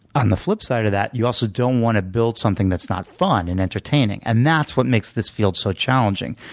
on the flip side of that, you also don't want to build something that's not fun and entertaining. and that's what makes this field so challenging.